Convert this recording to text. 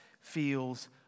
feels